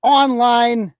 online